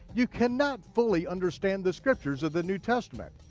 you cannot fully understand the scriptures of the new testament.